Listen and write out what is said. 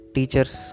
Teachers